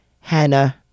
Hannah